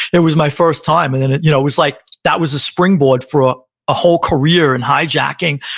it was my first time, and and it you know was like that was a springboard for a whole career in hijacking,